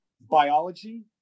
biology